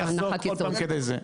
אני אחזור כל פעם לזה,